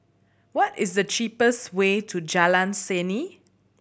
what is the cheapest way to Jalan Seni